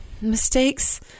mistakes